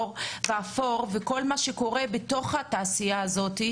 והאפור וכל מה שקורה בתוך התעשייה הזאת,